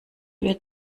wird